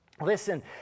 Listen